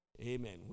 Amen